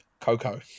Coco